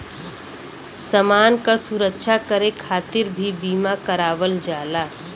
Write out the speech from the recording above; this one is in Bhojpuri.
समान क सुरक्षा करे खातिर भी बीमा करावल जाला